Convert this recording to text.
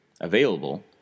available